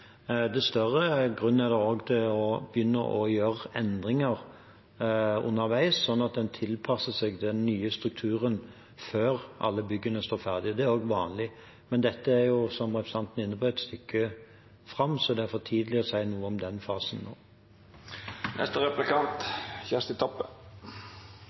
tilpasser seg den nye strukturen før alt står ferdig. Det er også vanlig. Men dette er jo, som representanten var inne på, et stykke fram, så det er for tidlig å si noe om den fasen nå.